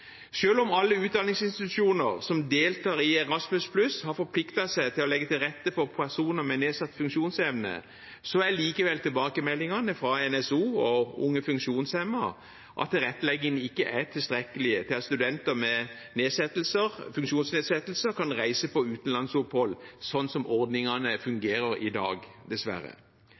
om alle utdanningsinstitusjoner som deltar i Erasmus+ har forpliktet seg til å legge til rette for personer med nedsatt funksjonsevne, er likevel tilbakemeldingene fra NSO og Unge funksjonshemmede at tilrettelegging ikke er tilstrekkelig til at studenter med funksjonsnedsettelser kan reise på utenlandsopphold sånn som ordningene fungerer i dag, dessverre.